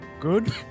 good